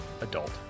adult